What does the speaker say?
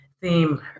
theme